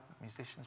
musicians